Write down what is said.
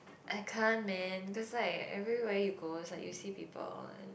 I can't man cause like everywhere you go is like you see people and